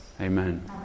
Amen